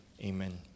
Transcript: amen